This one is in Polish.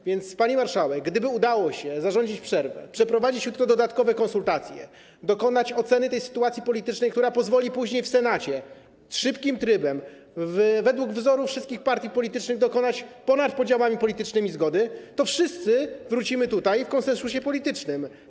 A więc gdyby udało się, pani marszałek, zarządzić przerwę, przeprowadzić jutro dodatkowe konsultacje, dokonać oceny tej sytuacji politycznej, która pozwoli później w Senacie szybkim trybem, według wzoru wszystkich partii politycznych, dojść ponad podziałami politycznymi do zgody, to wszyscy wrócimy tutaj w konsensusie politycznym.